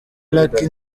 lucky